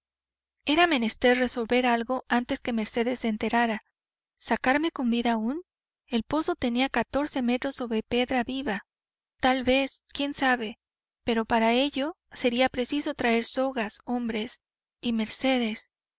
era menester resolver algo antes que mercedes se enterara sacarme con vida aún el pozo tenía catorce metros sobre piedra viva tal vez quién sabe pero para ello sería preciso traer sogas hombres y mercedes